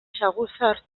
saguzar